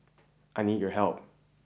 I need your help